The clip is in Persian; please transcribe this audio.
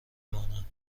مانم